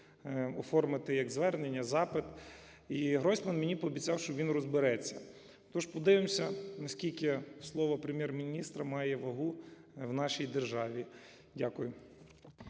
оформити як звернення, запит. І Гройсман мені пообіцяв, що він розбереться. Тож подивимося, наскільки слово Прем'єр-міністра має вагу в нашій державі. Дякую.